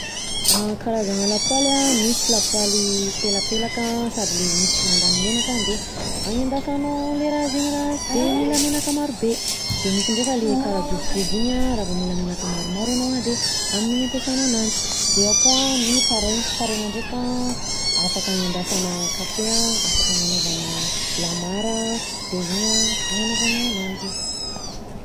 Karazana lapoaly misy lapoaly pelapelaka sady misy le sy de mandany menaka de anendasanao le raha zegny raha sy de mila menaka marobe, de misy ndreka le karaha jobojobo iny an, raha vao mila menaka maromaro anao an de amin'iny ampiasanao ananjy, de ao koa ny paraigna, paraigna ndreka afaka anendasana kafe an, afaka agnanaovana lamara an, de iny agnanaovano ananjy.